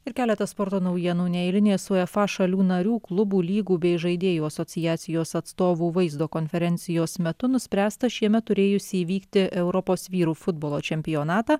ir keletas sporto naujienų neeilinės uefa šalių narių klubų lygų bei žaidėjų asociacijos atstovų vaizdo konferencijos metu nuspręsta šiemet turėjusį įvykti europos vyrų futbolo čempionatą